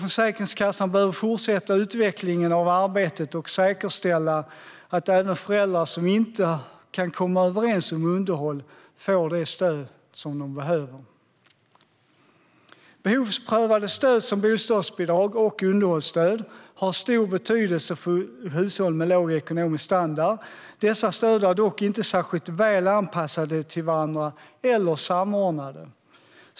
Försäkringskassan behöver fortsätta utvecklingen av arbetet och säkerställa att även föräldrar som inte kan komma överens om underhåll får det stöd de behöver. Behovsprövade stöd, till exempel bostadsbidrag och underhållsstöd, har stor betydelse för hushåll med låg ekonomisk standard. Dessa stöd är dock inte särskilt väl anpassade till varandra eller samordnade.